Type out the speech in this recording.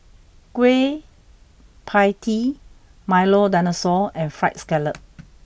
Kueh Pie Tee Milo Dinosaur and Fried Scallop